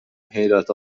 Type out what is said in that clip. حیرت